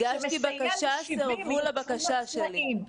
הגשתי בקשה, סירבו לבקשה שלי.